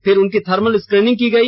फिर उनकी thermal screening की गई